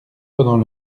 pendant